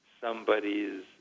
somebody's